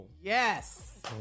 Yes